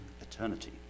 eternity